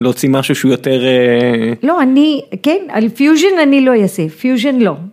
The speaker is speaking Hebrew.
להוציא משהו שהוא יותר לא אני כן על פיוז'ן אני לא אעשה פיוז'ן לא.